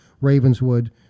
Ravenswood